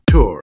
Tour